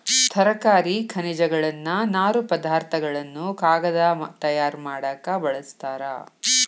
ತರಕಾರಿ ಖನಿಜಗಳನ್ನ ನಾರು ಪದಾರ್ಥ ಗಳನ್ನು ಕಾಗದಾ ತಯಾರ ಮಾಡಾಕ ಬಳಸ್ತಾರ